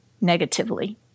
negatively